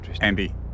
Andy